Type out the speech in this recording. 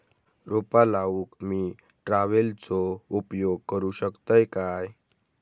रोपा लाऊक मी ट्रावेलचो उपयोग करू शकतय काय?